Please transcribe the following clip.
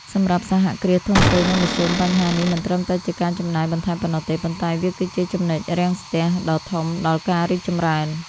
សម្រាប់សហគ្រាសធុនតូច និងមធ្យម បញ្ហានេះមិនត្រឹមតែជាការចំណាយបន្ថែមប៉ុណ្ណោះទេ ប៉ុន្តែវាគឺជា "ចំណុចរាំងស្ទះ" ដ៏ធំដល់ការរីកចម្រើន។